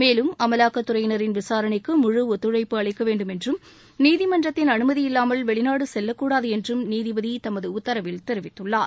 மேலும் அமலாக்கத்துறையினின் விசாரணைக்கு முழு ஒத்துழழப்பு அளிக்க வேண்டும் என்றும் நீதிமன்றத்தின் அனுமதி இல்லாமல் வெளிநாடு செல்லக்கூடாது என்றும் நீதிபதி தமது உத்தரவில் தெரிவித்துள்ளார்